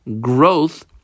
growth